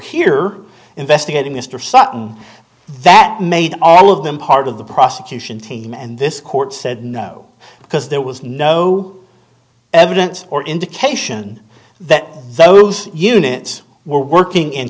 here investigating mr sutton that made all of them part of the prosecution team and this court said no because there was no evidence or indication that those units were working in